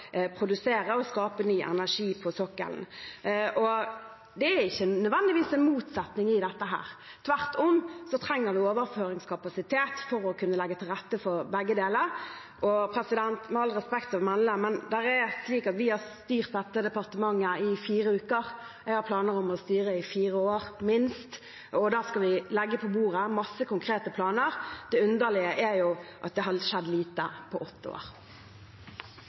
produsere og skape ny energi på sokkelen. Det er ikke nødvendigvis en motsetning i dette. Tvert om trenger man overføringskapasitet for å kunne legge til rette for begge deler. Og med all respekt å melde har vi styrt dette departementet i fire uker, og jeg har planer om å styre i fire år – minst – og da skal vi legge på bordet mange konkrete planer. Det underlige er jo at det har skjedd lite på åtte år.